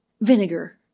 vinegar